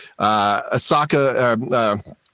Asaka